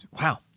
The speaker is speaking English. Wow